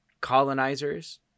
colonizers